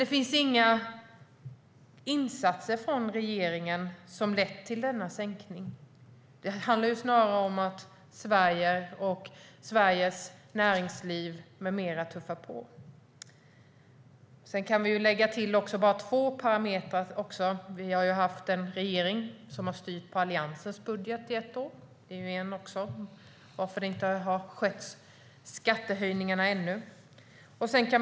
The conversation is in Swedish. Det finns dock inga insatser från regeringen som har lett till denna sänkning, utan det handlar snarare om att Sverige och Sveriges näringsliv med mera tuffar på. Sedan kan vi ju lägga till två parametrar: Vi har haft en regering som har styrt på Alliansens budget i ett år, vilket är ett skäl till att skattehöjningarna inte har skett ännu.